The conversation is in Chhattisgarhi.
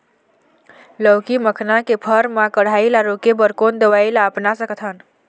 लाउकी मखना के फर मा कढ़ाई ला रोके बर कोन दवई ला अपना सकथन?